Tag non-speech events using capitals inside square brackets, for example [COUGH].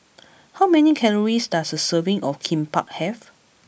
[NOISE] how many calories does a serving of Kimbap have